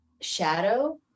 shadow